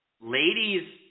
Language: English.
ladies